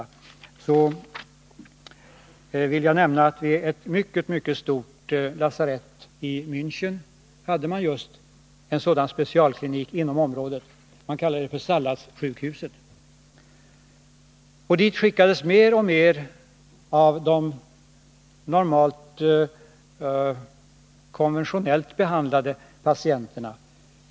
För att anknyta till detta vill jag nämna att man vid ett mycket stort lasarett i Mänchen hade just en sådan specialklinik inom området. Man kallade den för ”salladssjukhuset”. Dit skickades fler och fler av de tidigare konventionellt behandlade patienterna.